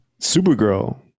Supergirl